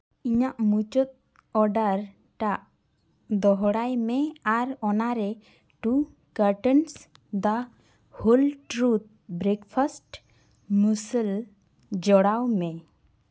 ᱤᱧᱟᱹᱜ ᱢᱩᱪᱟᱹᱫ ᱚᱰᱟᱨ ᱴᱟᱜ ᱫᱚᱦᱲᱟᱭ ᱢᱮ ᱟᱨ ᱚᱱᱟᱨᱮ two cartons the whole truth breakfast ᱢᱩᱥᱟᱹᱞ ᱡᱚᱲᱟᱣ ᱢᱮ